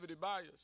bias